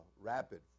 rapid